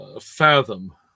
fathom